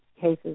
cases